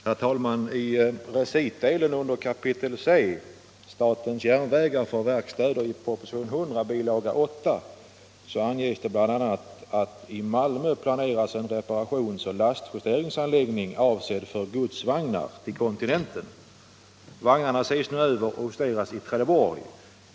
Herr talman! I recitdelen av kapitel C under kapitalbudgeten i bilaga 8 till propositionen 100 anges bl.a.: ”I Malmö planeras en reparationsoch lastjusteringsanläggning avsedd för godsvagnar till kontinenten. Vagnarna ses nu över och justeras i Trelleborg.